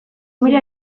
mila